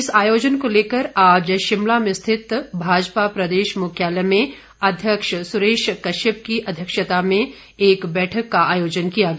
इस आयोजन को लेकर आज भाजपा प्रदेश मुख्यालय में अध्यक्ष सुरेश कश्यप की अध्यक्षता में एक बैठक का आयोजन किया गया